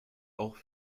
auch